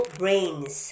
brains